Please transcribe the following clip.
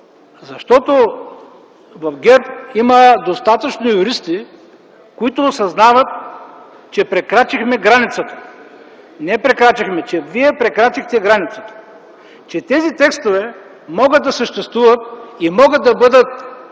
защото в ГЕРБ има достатъчно юристи, които осъзнават, че прекрачихме границата и не, че прекрачихме, а че вие прекрачихте границата. Че тези текстове могат да съществуват и могат да бъдат